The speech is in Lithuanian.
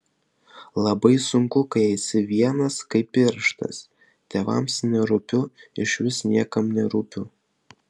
labai sunku kai esi vienas kaip pirštas tėvams nerūpiu išvis niekam nerūpiu